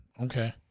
Okay